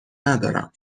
ندارم